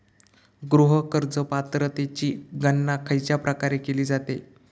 गृह कर्ज पात्रतेची गणना खयच्या प्रकारे केली जाते?